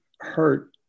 hurt